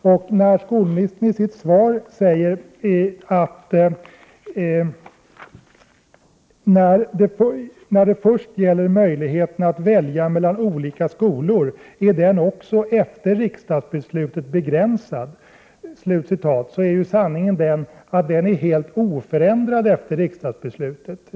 Och när skolministern i sitt svar säger att när ”det först gäller möjligheten att välja mellan olika skolor är den också efter riksdagsbeslutet begränsad”, så är ju sanningen den att den är oförändrad efter riksdagsbeslutet.